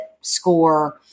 score